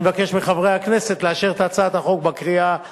אני מבקש מחברי הכנסת לאשר את הצעת החוק בקריאה הראשונה.